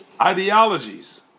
ideologies